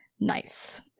nice